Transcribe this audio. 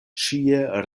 ĉie